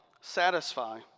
satisfy